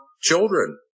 children